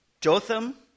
Jotham